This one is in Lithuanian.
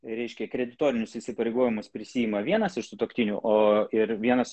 reiškia kreditorinius įsipareigojimus prisiima vienas iš sutuoktinių o ir vienas